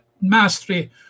mastery